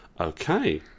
Okay